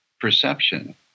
perception